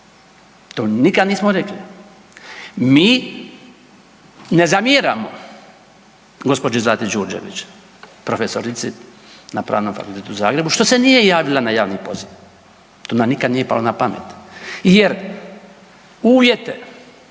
To nikad nismo rekli, mi ne zamjeramo gđi. Zlati Đurđević, profesorici na Pravnom fakultetu što se nije javila na javni poziv, to nam nikad nije palo na pamet jer uvjete